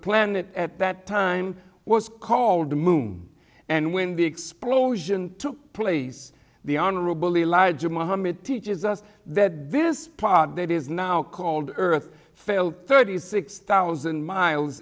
planet at that time was called the moon and when the explosion took place the honorable elijah muhammad teaches us that this plot that is now called earth fell thirty six thousand miles